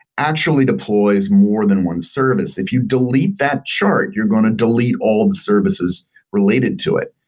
actually deploys more than one service. if you delete that chart, you're going to delete all the services related to it.